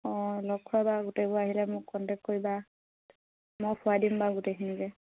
অঁ লগ খোৱাবা গোটেইবোৰ আহিলে মোক কণ্টেক্ট কৰিবা মই খোৱাই দিম বাৰু গোটেইখিনিকে